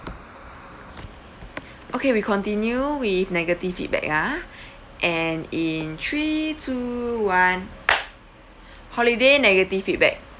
okay we continue with negative feedback ah and in three two one holiday negative feedback